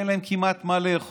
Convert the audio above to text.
אין להם כמעט מה לאכול,